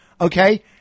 okay